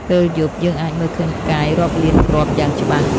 ពេលយប់ យើងអាចមើលឃើញផ្កាយរាប់លានគ្រាប់យ៉ាងច្បាស់។